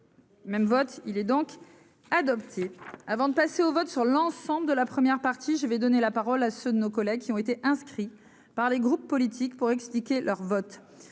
Même vote, il est donc adopté avant de passer au vote sur l'ensemble de la première partie, je vais donner la parole à ceux de nos collègues qui ont été inscrits par les groupes politiques pour expliquer leur vote